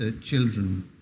children